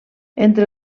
entre